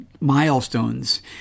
milestones